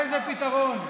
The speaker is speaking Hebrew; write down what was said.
איזה פתרון?